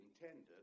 intended